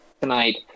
tonight